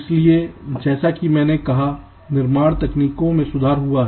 इसलिए जैसा कि मैंने कहा निर्माण तकनीकों में सुधार हुआ है